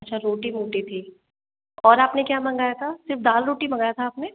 अच्छा रोटी मोटी थी और आपने क्या मंगाया था सिर्फ दाल रोटी मंगाया था आपने